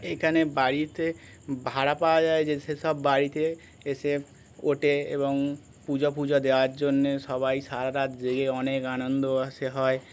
এখানে বাড়িতে ভাড়া পাওয়া যায় যে সেসব বাড়িতে এসে ওঠে এবং পূজো পুজা দেওয়ার জন্যে সবাই সার রাত জেগে অনেক আনন্দ আসে হয়